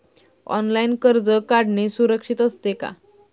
Online कर्ज काढणे सुरक्षित असते का?